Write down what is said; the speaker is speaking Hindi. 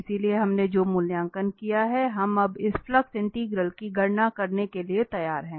इसलिए हमने जो मूल्यांकन किया है हम अब इस फ्लक्स इंटीग्रल की गणना करने के लिए तैयार हैं